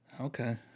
Okay